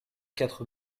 quatre